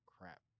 Crap